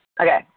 Okay